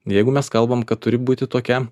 jeigu mes kalbam kad turi būti tokia